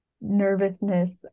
nervousness